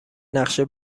نقشه